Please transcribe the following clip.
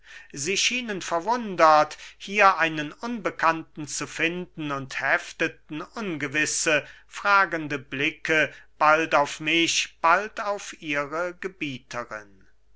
sie schienen verwundert einen unbekannten hier zu finden und hefteten ungewisse fragende blicke bald auf mich bald auf ihre gebieterin